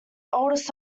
oldest